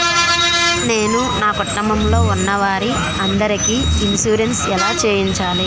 నేను నా కుటుంబం లొ ఉన్న వారి అందరికి ఇన్సురెన్స్ ఎలా చేయించాలి?